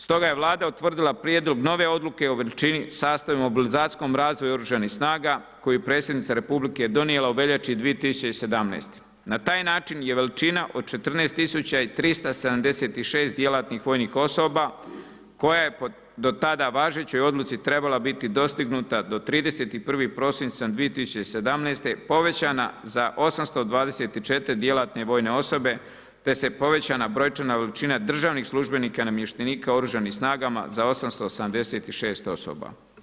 Stoga je Vlada utvrdila prijedlog nove odluke o veličini, sastavu i mobilizacijskom razvoju oružanih snaga koju je predsjednica Republike donijela u veljači 2017. na taj način je veličina od 14.376 djelatnih vojnih osoba koja je do tada važećoj odluci trebala biti dostignuta do 31. prosinca 2017. povećana za 824 djelatne vojne osobe te se povećala brojčana veličina državnih službenika i namještenika oružanih snaga za 886 osoba.